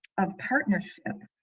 of partnership,